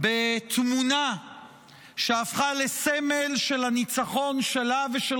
בתמונה שהפכה לסמל של הניצחון שלה ושל